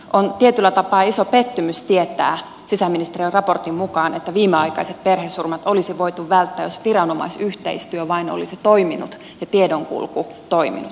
on tietyllä tapaa iso pettymys tietää sisäministeriön raportin mukaan että viimeaikaiset perhesurmat olisi voitu välttää jos viranomaisyhteistyö vain olisi toiminut ja tiedonkulku toiminut